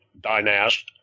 dynast